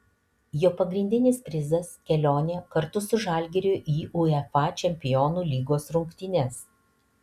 jo pagrindinis prizas kelionė kartu su žalgiriu į uefa čempionų lygos rungtynes